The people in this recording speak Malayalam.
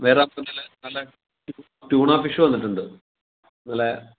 വേറെ നല്ല നല്ല ടൃുണ ഫിഷ് വന്നിട്ടുണ്ട് നല്ല